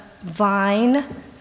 vine